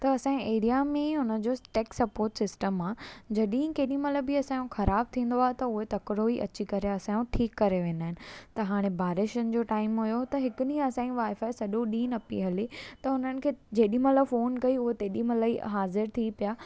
त असांजी एरिया में हुनजो टेक सपोट सिस्टम आहे जॾहिं केॾी महिल असांजो ख़राबु थींदो आहे त उहे तकिड़ो ई अची करे असांजो ठीकु करे वेंदा आहिनि त हाणे बारिशुनि जो टाइम हुओ त हिकु ॾींहुं असांजी वाइफाइ सॼो ॾींहुं न पेई हले त उन्हनि खे असां जेॾी महिल फोन कई त हू तेॾी महिल ई हाज़िर थी पिया